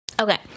Okay